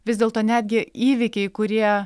vis dėlto netgi įvykiai kurie